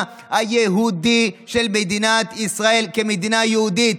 היהודית של מדינת ישראל כמדינה יהודית.